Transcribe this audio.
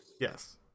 Yes